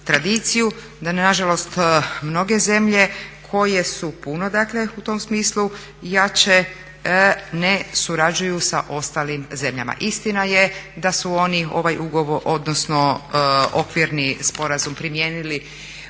Da nažalost mnoge zemlje koje su puno dakle u tom smislu jače ne surađuju sa ostalim zemljama. Istina je da su oni ovaj okvirni sporazum primijenili